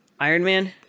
Ironman